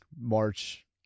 March